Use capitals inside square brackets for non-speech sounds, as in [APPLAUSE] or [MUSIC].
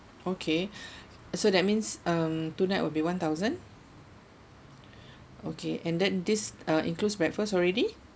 okay [BREATH] so that means um two night will be one thousand okay and that this uh includes breakfast already